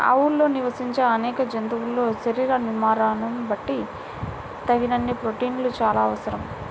అడవుల్లో నివసించే అనేక జంతువుల శరీర నిర్మాణాలను బట్టి తగినన్ని ప్రోటీన్లు చాలా అవసరం